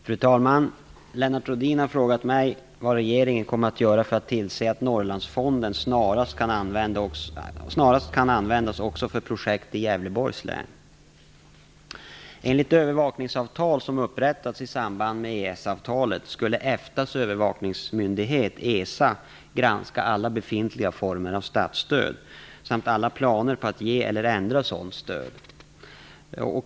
Fru talman! Lennart Rohdin har frågat mig vad regeringen kommer att göra för att tillse att Norrlandsfonden snarast kan användas också för projekt i Gävleborgs län. Enligt det övervakningsavtal som upprättades i samband med EES-avtalet skulle EFTA:s övervakningsmyndighet ESA granska alla befintliga former av statsstöd samt alla planer på att ge eller ändra sådant stöd.